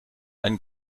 ein